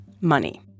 money